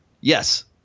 Yes